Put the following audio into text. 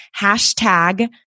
hashtag